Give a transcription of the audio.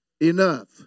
Enough